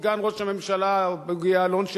סגן ראש הממשלה בוגי יעלון,